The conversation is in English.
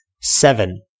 Seven